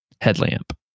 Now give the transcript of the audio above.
headlamp